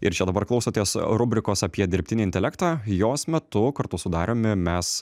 ir čia dabar klausotės rubrikos apie dirbtinį intelektą jos metu kartu su dariumi mes